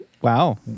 wow